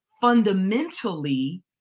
Fundamentally